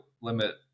limit